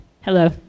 Hello